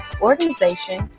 organization